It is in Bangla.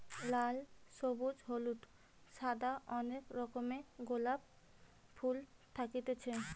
লাল, সবুজ, হলুদ, সাদা অনেক রকমের গোলাপ ফুল থাকতিছে